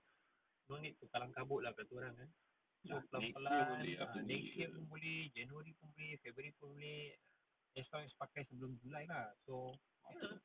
next year boleh after new year